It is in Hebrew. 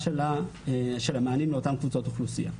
המענים לאותן קבוצות אוכלוסייה: